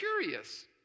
curious